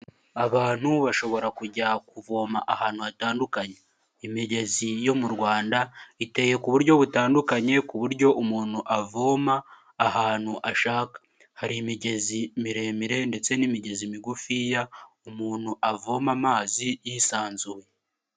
Abantu bashobora kujya kuvoma ahantu hatandukanye, imigezi yo mu rwanda iteye ku buryo butandukanye ku buryo umuntu avoma ahantu ashaka. Hari imigezi miremire ndetse n'imigezi migufiya umuntu avoma amazi yisanzuye.